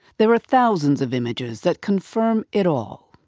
there are thousands of images that confirm it all.